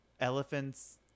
elephants